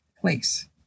place